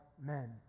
men